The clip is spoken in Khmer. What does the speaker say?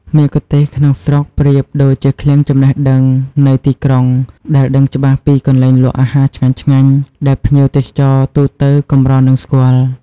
មគ្គុទ្ទេសក៍ក្នុងស្រុកប្រៀបដូចជាឃ្លាំងចំណេះដឹងនៃទីក្រុង ដែលដឹងច្បាស់ពីកន្លែងលក់អាហារឆ្ងាញ់ៗ ដែលភ្ញៀវទេសចរទូទៅកម្រនឹងស្គាល់។